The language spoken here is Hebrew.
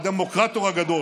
הדמוקרטור הגדול.